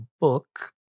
book